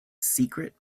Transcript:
secret